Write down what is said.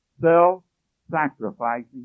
self-sacrificing